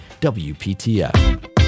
WPTF